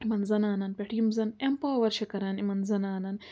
یِمن زنانن پٮ۪ٹھ یِم زن اٮ۪مپاور چھِ کَران یِمن زنانن